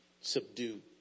Subdue